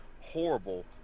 horrible